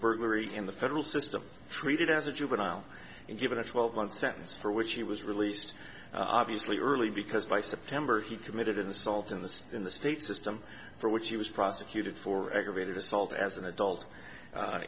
burglary in the federal system treated as a juvenile and given a twelve month sentence for which he was released obviously early because by september he committed in the salt in the state in the state system for which he was prosecuted for aggravated assault as an adult